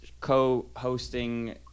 co-hosting